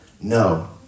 No